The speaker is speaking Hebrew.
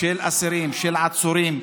של אסירים, של עצורים,